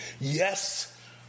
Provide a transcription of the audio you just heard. Yes